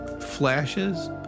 flashes